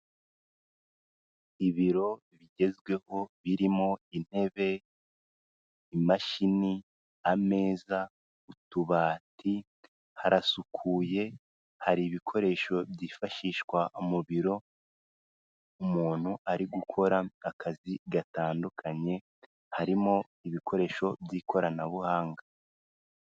Ibiro bigezweho birimo intebe, imashini, ameza, utubati harasukuye hari ibikoresho byifashishwa mu biro, umuntu ari gukora akazi gatandukanye, harimo ibikoresho by'ikoranabuhanga.